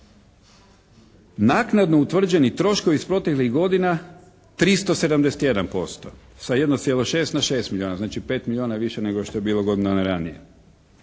Naknadno utvrđeni troškovi iz proteklih godina 371%, sa 1,6 na 6 milijuna. Znači, 5 milijuna više nego što je bilo godinu dana